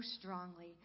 strongly